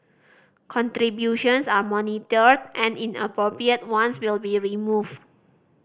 contributions are monitored and inappropriate ones will be removed